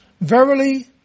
verily